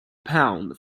pound